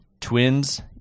Twins